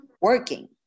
working